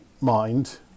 mind